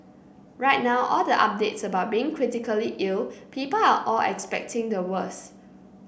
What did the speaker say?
right now all the updates about being critically ill people are all expecting the worse